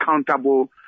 accountable